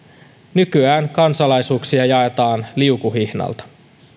nykyään kansalaisuuksia jaetaan liukuhihnalta